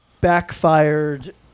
backfired